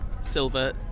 silver